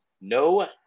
No